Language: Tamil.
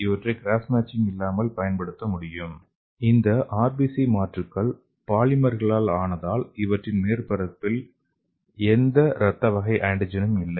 இவற்றை கிராஸ் மேட்சிங் இல்லாமல் பயன்படுத்த முடியும் இந்த ஆர்பிசிமாற்றுக்கள் பாலிமர்களால் ஆனதால் இவற்றின் மேற்பரப்பில் எந்தரத்த வகை ஆன்டிஜெனும் இல்லை